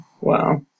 Wow